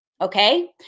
Okay